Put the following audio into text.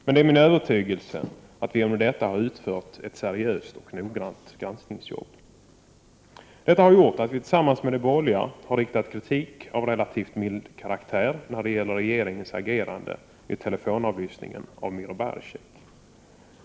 Men det är min övertygelse att vi genom detta har utfört ett seriöst och noggrant granskningsarbete, vilket har resulterat i att vi tillsammans med de borgerliga har riktat kritik av relativt mild karaktär mot regeringens agerande vid telefonavlyssningen av Miro Baresic.